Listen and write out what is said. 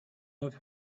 love